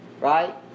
right